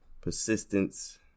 persistence